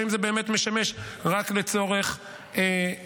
והאם זה באמת משמש רק לצורך ביטחוני,